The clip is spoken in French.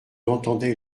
entendait